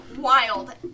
wild